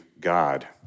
God